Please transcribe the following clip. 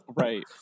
Right